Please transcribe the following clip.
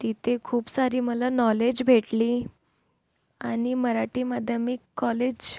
तिथे खूप सारी मला नॉलेज भेटली आणि मराठीमध्ये मी कॉलेज